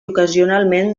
ocasionalment